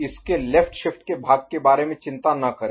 इसके left shift के भाग के बारे में चिंता न करें